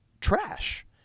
trash